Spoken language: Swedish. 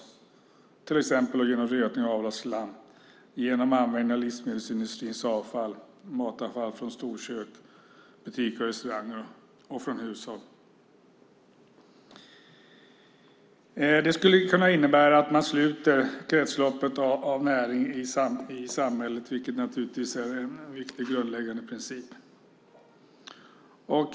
Det kan göras till exempel genom rötning av avloppsslam, livsmedelsindustrins avfall och matavfall från storkök, butiker och restauranger och naturligtvis från hushåll. Det skulle kunna innebära att man sluter kretsloppet av näring i samhället, vilket naturligtvis är en viktig grundläggande princip.